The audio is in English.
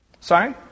Sorry